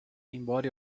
embora